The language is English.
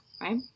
right